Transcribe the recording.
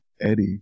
Eddie